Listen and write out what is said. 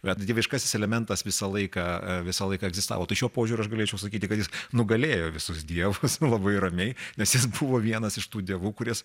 bet dieviškasis elementas visą laiką visą laiką egzistavo tai šiuo požiūriu aš galėčiau sakyti kad jis nugalėjo visus dievas labai ramiai nes jis buvo vienas iš tų dievų kuris